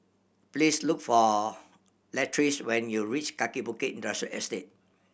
please look for Latrice when you reach Kaki Bukit Industrial Estate